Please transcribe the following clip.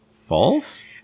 false